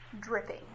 dripping